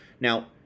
Now